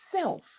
self